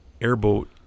airboat